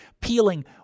peeling